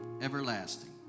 everlasting